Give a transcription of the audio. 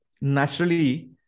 naturally